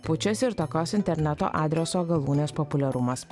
pučiasi ir tokios interneto adreso galūnės populiarumas